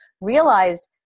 realized